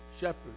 shepherd